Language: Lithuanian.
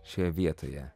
šioje vietoje